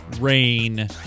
rain